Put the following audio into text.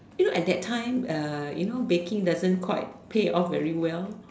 you know at that time uh you know baking doesn't quite pay off very well